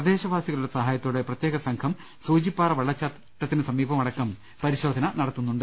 പ്രദേശവാസികളുടെ സഹായത്തോടെ പ്രത്യേകസംഘം സൂചിപ്പാറ വെള്ളച്ചാട്ടത്തിനുസമീപമടക്കം പരിശോധന നടത്തുന്നുണ്ട്